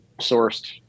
sourced